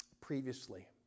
previously